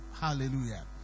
Hallelujah